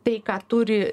tai ką turi